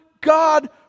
God